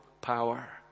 power